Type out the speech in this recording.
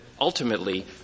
ultimately